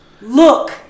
Look